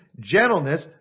gentleness